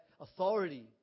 authority